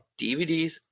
DVDs